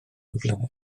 flynedd